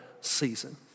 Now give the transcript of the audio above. season